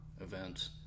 events